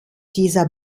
dieser